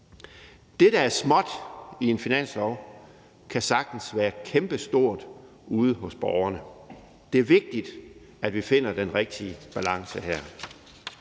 Det, der er småt i en finanslov, kan sagtens være kæmpestort ude hos borgerne. Det er vigtigt, at vi finder den rigtige balance her.